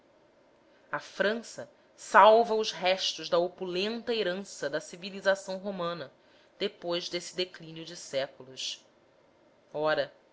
a frança salva os restos da opulenta herança da civilização romana depois desse declínio de séculos ora